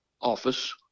office